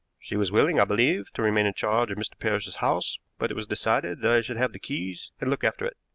she was willing, i believe, to remain in charge of mr. parrish's house, but it was decided that i should have the keys and look after it.